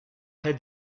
had